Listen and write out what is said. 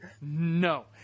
No